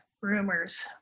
Rumors